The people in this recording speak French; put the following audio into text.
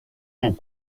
aux